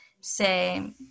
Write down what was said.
say